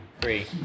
three